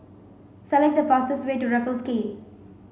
select the fastest way to Raffles Quay